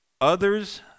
others